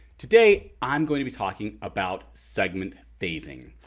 today i'm going to be talking about segment phasing.